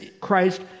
Christ